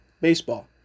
baseball